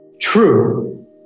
true